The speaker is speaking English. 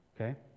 Okay